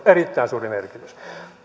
erittäin suuri merkitys